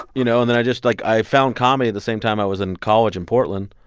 you know, and then i just like, i found comedy the same time i was in college in portland.